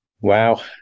Wow